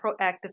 Proactive